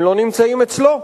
הם לא נמצאים אצלו,